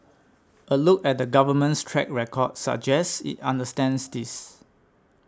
a look at the Government's track record suggests it understands this